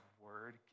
word